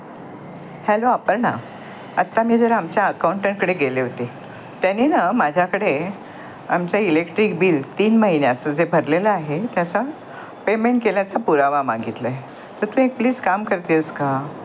hello Aparna आत्ता मी जरा आमच्या अकाउंटंटकडे गेले होते त्याने ना माझ्याकडे आमचा इलेक्ट्रिक बिल तीन महिन्याचं जे भरलेलं आहे त्याचा पेमेंट केल्याचा पुरावा मागितला आहे तर तू एक प्लीज काम करतेस का